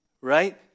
right